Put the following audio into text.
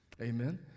Amen